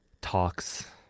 talks